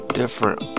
different